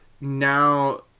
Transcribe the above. now